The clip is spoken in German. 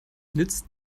nützt